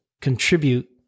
contribute